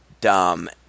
dumb